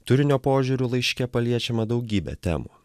turinio požiūriu laiške paliečiama daugybė temų